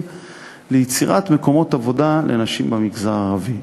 ליצירת מקומות עבודה לנשים במגזר הערבי.